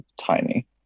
tiny